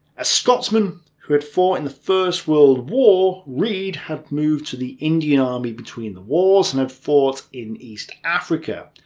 a scotsman who'd fought in the first world war, reid had moved to the indian army between the wars, and had fought in east africa.